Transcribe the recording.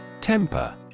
Temper